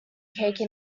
cake